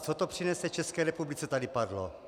Co to přinese České republice, tady padlo.